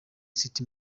city